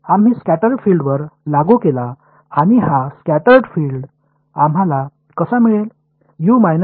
आम्ही स्कॅटर फील्डवर लागू केला आणि हा स्कॅटर फील्ड आम्हाला कसा मिळेल